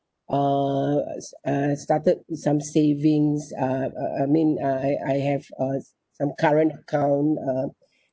uh I started with some savings uh I mean uh I I have uh some current account uh